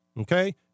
Okay